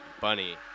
bunny